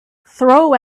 throw